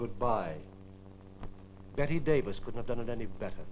goodbye bette davis could have done it any better